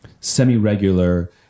semi-regular